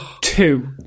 Two